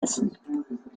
hessen